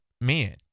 man